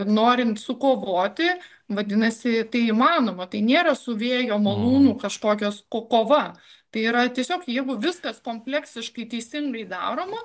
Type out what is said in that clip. norint sukovoti vadinasi tai įmanoma tai nėra su vėjo malūnu kažkokios ko kova tai yra tiesiog jeigu viskas kompleksiškai teisingai daroma